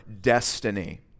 destiny